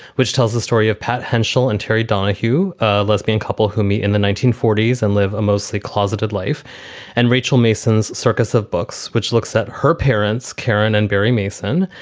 which tells the story of potential. and terry donahue, a lesbian couple who meet in the nineteen forty s and live a mostly closeted life and rachel mason's circus of books, which looks at her parents, karen and barry mason,